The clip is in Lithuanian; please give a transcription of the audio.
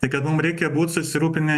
tai kad mum reikia būt susirupinę